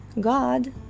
God